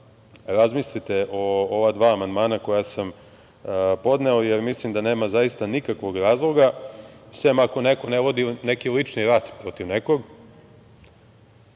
razmislite o ova dva amandmana koja sam podneo, jer mislim da nema zaista nikakvog razloga, sem ako neko ne vodi neki lični rat protiv nekog,